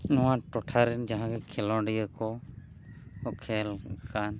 ᱱᱚᱣᱟ ᱴᱚᱴᱷᱟ ᱨᱮᱱ ᱡᱟᱦᱟᱸ ᱜᱮ ᱠᱷᱮᱞᱳᱰᱤᱭᱟᱹ ᱠᱚ ᱠᱷᱮᱞ ᱠᱟᱱ